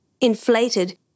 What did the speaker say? Inflated